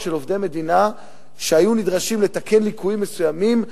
של עובדי מדינה שהיו נדרשים לתקן ליקויים מסוימים,